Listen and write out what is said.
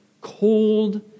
cold